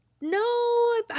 no